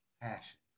Passion